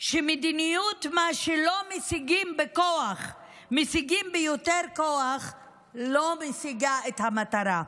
שמדיניות של "מה שלא משיגים בכוח משיגים ביותר כוח" לא משיגה את המטרה,